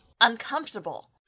Uncomfortable